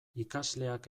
ikasleak